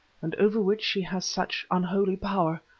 and over which she has such unholy power.